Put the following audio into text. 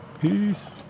peace